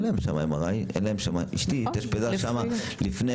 אין להם שם MRI. אישתי התאשפזה שם לפני